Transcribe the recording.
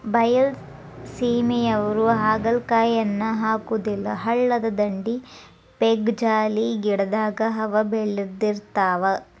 ಬೈಲಸೇಮಿಯವ್ರು ಹಾಗಲಕಾಯಿಯನ್ನಾ ಹಾಕುದಿಲ್ಲಾ ಹಳ್ಳದ ದಂಡಿ, ಪೇಕ್ಜಾಲಿ ಗಿಡದಾಗ ಅವ ಬೇಳದಿರ್ತಾವ